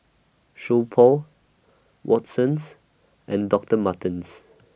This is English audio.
So Pho Watsons and Doctor Martens